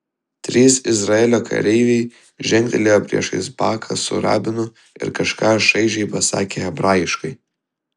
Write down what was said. trys izraelio kareiviai žengtelėjo priešais baką su rabinu ir kažką šaižiai pasakė hebrajiškai